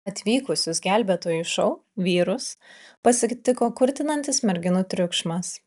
atvykusius gelbėtojų šou vyrus pasitiko kurtinantis merginų triukšmas